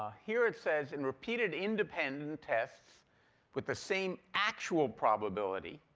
ah here it says, in repeated independent tests with the same actual probability,